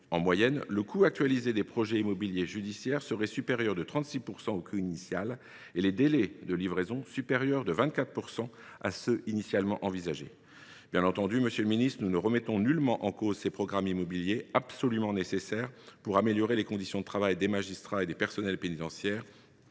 En moyenne, le coût actualisé des projets immobiliers judiciaires serait supérieur de 36 % au coût initial et les délais de livraison supérieurs de 24 % à ceux qui avaient été envisagés au départ. Bien entendu, monsieur le garde des sceaux, nous ne remettons nullement en cause ces programmes immobiliers. Ils sont absolument nécessaires pour améliorer les conditions de travail des magistrats et des agents pénitentiaires,